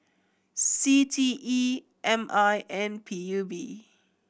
C T E M I and P U B